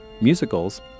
musicals